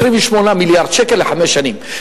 28 מיליארד שקל לחמש שנים,